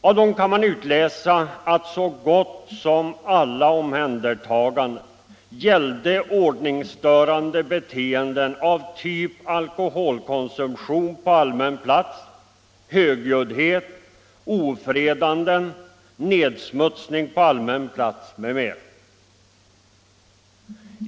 Av dem kan man utläsa att så gott som alla omhändertaganden gällde ordningsstörande beteenden av typ alkoholkonsumtion på allmän plats, högljuddhet, ofredanden, nedsmutsning på allmän plats m.m.